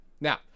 Now